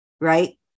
right